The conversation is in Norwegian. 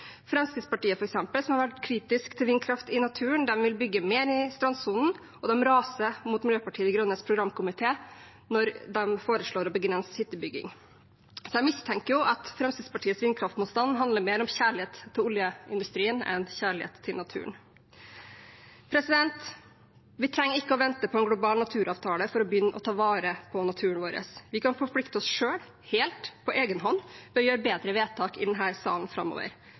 Fremskrittspartiet, f.eks., som har vært kritiske til vindkraft i naturen, vil bygge mer i strandsonen, og de raser mot Miljøpartiet De Grønnes programkomité når den foreslår å begrense hyttebygging. Jeg mistenker at Fremskrittspartiets vindkraftmotstand handler mer om kjærlighet til oljeindustrien enn kjærlighet til naturen. Vi trenger ikke vente på en global naturavtale for å begynne å ta vare på naturen vår. Vi kan forplikte oss selv, helt på egen hånd, og gjøre bedre vedtak i denne salen framover.